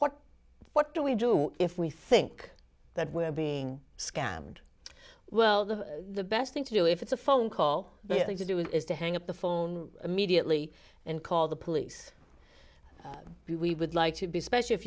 what what do we do if we think that we're being scammed well the best thing to do if it's a phone call to do it is to hang up the phone immediately and call the police who we would like to be especially if